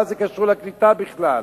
מה זה קשור לקליטה בכלל?